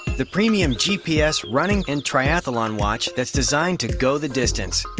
the premium gps running and triathlon watch that's designed to go the distance.